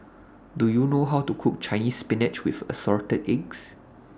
Do YOU know How to Cook Chinese Spinach with Assorted Eggs